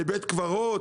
לבית קברות?